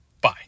Bye